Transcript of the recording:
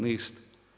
Niste.